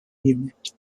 unit